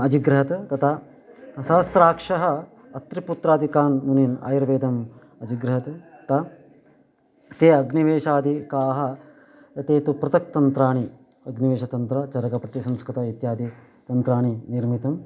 अजिग्रहत् तथा सहस्राक्षः अत्रिपुत्रादिकान् मुनिन् आयुर्वेदम् अजिग्रहत् ता ते अग्निवेशादिकाः ते तु पृथक् तन्त्राणि अग्निवेषतन्त्र चरकं प्रति संस्कृतम् इत्यादि तन्त्राणि निर्मितं